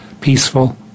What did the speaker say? peaceful